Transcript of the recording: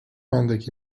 andaki